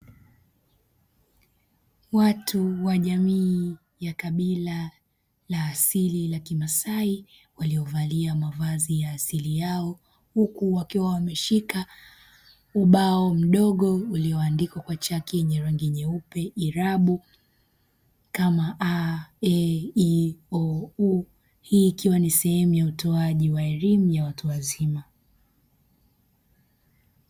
Watu wa jamii ya kabila la asili la kimasai waliovalia mavazi ya asili yao huku wakiwa wameshika ubao mdogo ulioandikwa kwa chaki yenye rangi nyeupe irabu kama a, e, i, o, u: hii ikiwa ni sehemu ya utoaji wa elimu ya watu wazima.